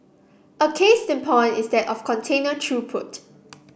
a case in point is that of container throughput